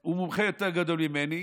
הוא מומחה יותר גדול ממני,